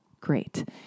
great